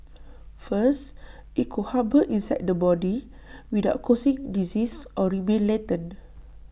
first IT could harbour inside the body without causing disease or remain latent